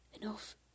Enough